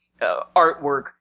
artwork